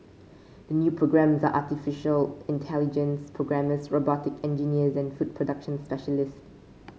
the new programmes are artificial intelligence programmers robotic engineers and food production specialists